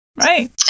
right